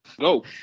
Go